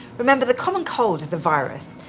remember, the common cold is a virus,